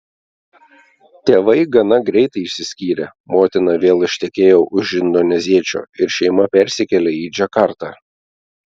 tėvai gana greitai išsiskyrė motina vėl ištekėjo už indoneziečio ir šeima persikėlė į džakartą